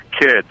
kids